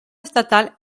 estatal